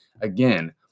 Again